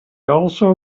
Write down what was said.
also